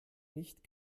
nicht